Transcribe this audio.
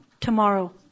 tomorrow